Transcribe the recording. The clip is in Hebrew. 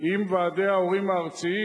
עם ועדי ההורים הארציים.